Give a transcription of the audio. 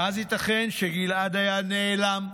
ואז ייתכן שגלעד היה נעלם.